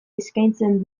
eskaintzen